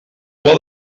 pla